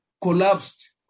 collapsed